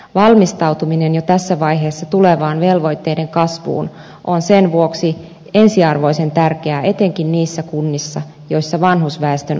valmistautuminen jo tässä vaiheessa tulevaan velvoitteiden kasvuun on sen vuoksi ensiarvoisen tärkeää etenkin niissä kunnissa joissa vanhusväestön osuus on suuri